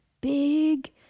big